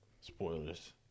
spoilers